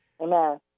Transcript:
Amen